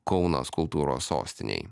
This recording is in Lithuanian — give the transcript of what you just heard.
kaunas kultūros sostinėj